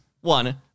one